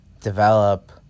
develop